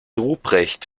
ruprecht